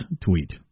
tweet